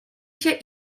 się